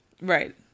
Right